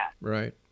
Right